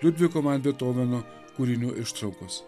liudviko van betoveno kūrinių ištraukos